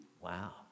Wow